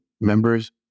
members